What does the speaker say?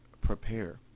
prepare